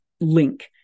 link